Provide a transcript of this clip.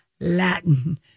Latin